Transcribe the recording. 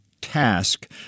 task